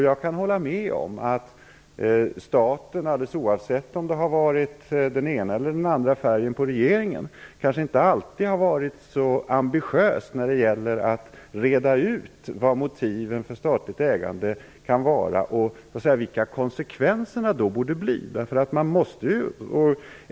Jag kan hålla med om att staten, oavsett färg på regering, kanske inte alltid varit så ambitiös när det gällt att reda ut motiven för statligt ägande och de konsekvenser som då borde bli.